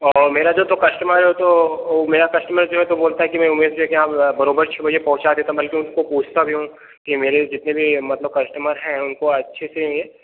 और मेरा जो तो कस्टमर है वो तो मेरा कस्टमर जो है तो बोलता है कि नहीं उमेश जी के यहाँ बराबर छः बजे पहुँचा देता बल्कि उनको पूछता भी हूँ कि मेरे जितने भी मतलब कस्टमर हैं उनको अच्छे से ये